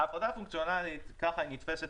ההפרדה הפונקציונאלית - כך היא נתפסת,